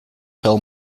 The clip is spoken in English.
fall